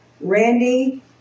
randy